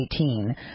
2018